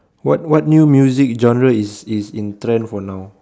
what what new music genre is is in trend for now